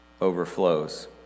overflows